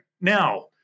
Now